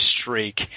streak